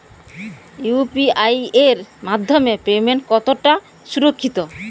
UPI এর মাধ্যমে payment কতটা সুরক্ষিত?